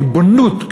ריבונות,